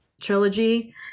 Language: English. trilogy